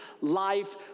life